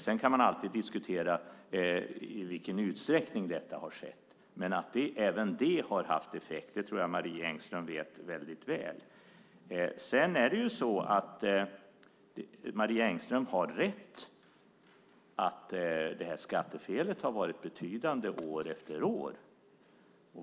Sedan kan man alltid diskutera i vilken utsträckning detta har skett. Men att även det har haft effekt tror jag att Marie Engström vet väldigt väl. Marie Engström har rätt i att skattefelen har varit betydande år efter år.